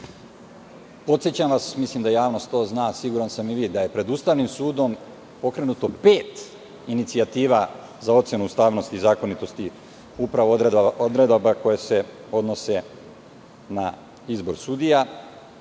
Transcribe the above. sudija. Podsećam vas, mislim da javnost to zna, a siguran sam i vi, da je pred Ustavnim sudom pokrenuto pet inicijativa za ocenu ustavnosti i zakonitosti upravo odredaba koje se odnose na izbor sudija